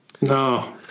No